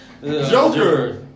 Joker